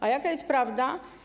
A jaka jest prawda?